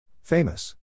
Famous